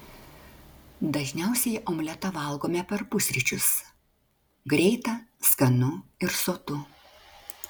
dažniausiai omletą valgome per pusryčius greita skanu ir sotu